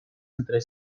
entre